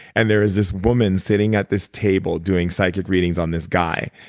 and there is this woman sitting at this table doing psychic readings on this guy.